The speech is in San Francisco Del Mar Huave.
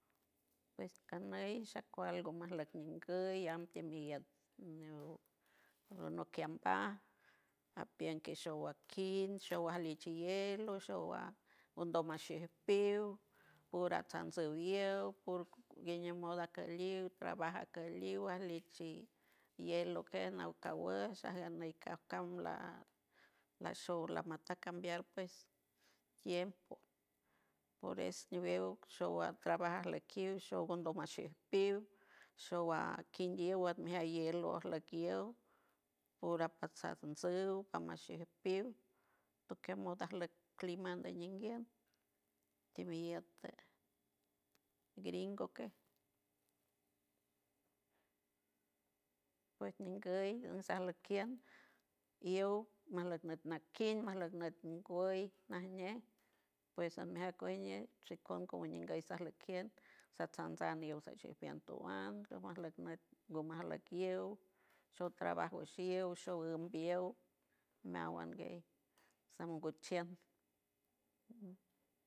Pues kaney shakual ngu majleck nguy am tiel mi yac anop kiambaj apien ke showa kin showa ajlieck kij hielo showa ngodoma shij piw pura sansojllew pur gueñew moda akeliw trabaja akiliw ajlichi hielo kej naw kawush ajganey kajkaw la- la sho lagomata cambiar ps tiempo por es ñiwew showa trabaja ajlekiw shogo ndomaj shej piw showa kin yow at mi ja hielo ajleck yow por apatsar tsuw pamasej piw tokey aj moda ajleck clima andie ninguey timiyec gringo kej pues ninguey sajlikien yow majleck nüt nakin, majleck nüt ngüey najñe pues anmijan kuej ñej shikon cojñiguey sajlikien satsan ñiew saj toan tumajleck nüt ngumajleck yow suj trabajo show ambillew meawan guey sangochiend.